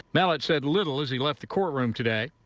mallett said little as he left the courtroom today.